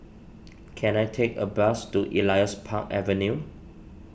can I take a bus to Elias Park Avenue